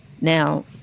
Now